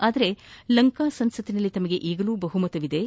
ಆದರೆ ಲಂಕಾ ಸಂಸತ್ನಲ್ಲಿ ತಮಗೆ ಈಗಲೂ ಬಹುಮತವಿದ್ಲು